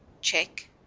Check